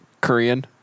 Korean